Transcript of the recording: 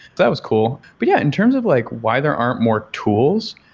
that was cool. but yeah, in terms of like why there aren't more tools.